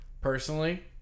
Personally